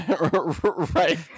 Right